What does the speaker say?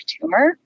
tumor